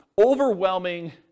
Overwhelming